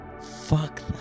Fuck